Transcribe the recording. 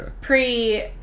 pre